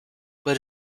but